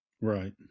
Right